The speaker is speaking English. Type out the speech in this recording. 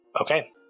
Okay